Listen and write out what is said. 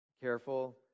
careful